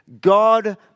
God